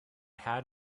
had